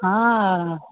हँ